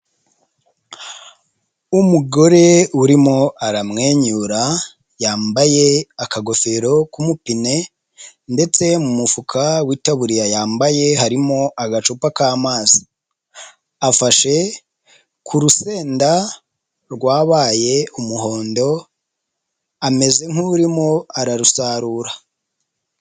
Umugore urimo aramwenyura; yambaye akagofero k'umupine ndetse mu mufuka w'itaburiya yambaye harimo agacupa k'amazi; afashe ku rusenda rwabaye umuhondo ameze nk'urimo ararusarura.